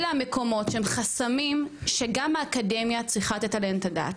אלו מקומות של חסמים שגם האקדמיה צריכה לתת עליהן את הדעת,